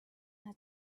her